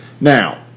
Now